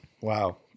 Wow